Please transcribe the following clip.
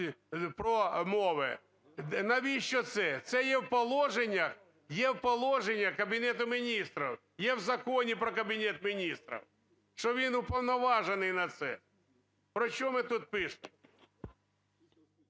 про мови. Навіщо це? Це є в положеннях, є в положеннях Кабінету Міністрів, є в Законі про Кабінет Міністрів, що він уповноважений на це. Про що ми тут пишемо.